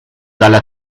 dalle